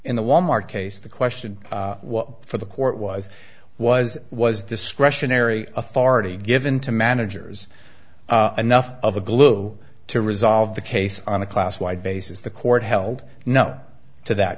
in the wal mart case the question for the court was was was discretionary authority given to managers enough of a glue to resolve the case on a class wide basis the court held no to that